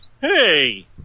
Hey